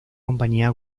compañía